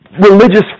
religious